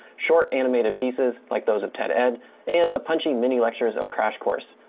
short animated pieces like those of ted ed and the punchy mini lectures of crash course.